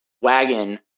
wagon